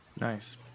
Nice